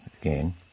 again